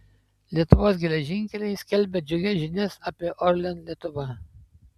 lietuvos geležinkeliai skelbia džiugias žinias apie orlen lietuva